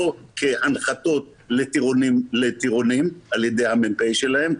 לא כהנחתות לטירונים על ידי המ"פ שלהם,